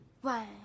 One